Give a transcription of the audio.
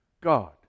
God